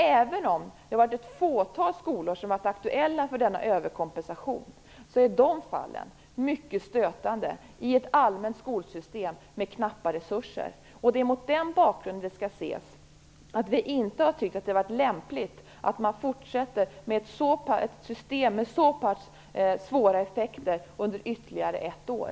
Även om det har varit ett fåtal skolor som varit aktuella för denna överkompensation är de fallen mycket stötande i ett allmänt skolsystem med knappa resurser. Det är mot den bakgrunden som detta skall ses. Vi har inte tyckt att det varit lämpligt att fortsätta med ett system med så pass svåra effekter under ytterligare ett år.